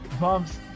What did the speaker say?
bumps